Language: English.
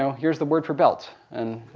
so here's the word for belt. and